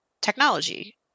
technology